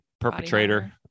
perpetrator